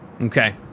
Okay